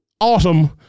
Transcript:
autumn